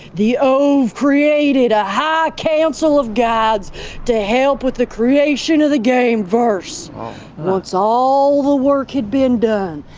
the ov created a high council of gods to help with the creation of the gameverse. once all the work had been done,